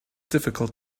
difficult